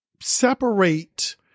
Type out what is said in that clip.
separate